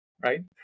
right